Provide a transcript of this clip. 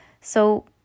So